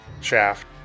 shaft